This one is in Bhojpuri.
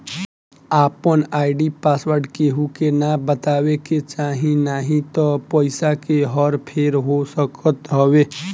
आपन आई.डी पासवर्ड केहू के ना बतावे के चाही नाही त पईसा के हर फेर हो सकत हवे